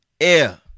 air